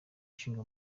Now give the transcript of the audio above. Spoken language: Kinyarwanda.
ishinga